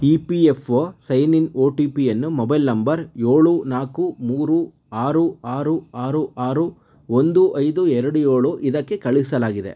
E P F O sign in O T ಪಿಯನ್ನು mobile number ಏಳು ನಾಲ್ಕು ಮೂರು ಆರು ಆರು ಆರು ಆರು ಒಂದು ಐದು ಎರಡು ಏಳು ಇದಕ್ಕೆ ಕಳುಹಿಸಲಾಗಿದೆ